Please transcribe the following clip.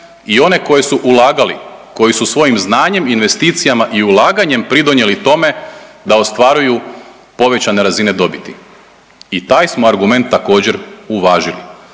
i one koji su ulagali, koji su svojim znanjem, investicijama i ulaganjem pridonijeli tome da ostvaruju povećane razine dobiti i taj smo argument također, uvažili.